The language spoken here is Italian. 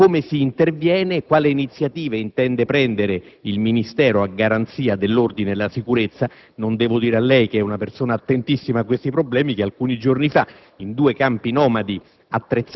Quindi, come si interviene e quali iniziative intende prendere il Ministero a garanzia dell'ordine e della sicurezza? Non devo certo dire a lei, che è persona attentissima a questi problemi, che alcuni giorni fa in due campi nomadi